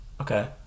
Okay